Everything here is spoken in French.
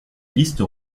liste